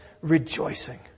rejoicing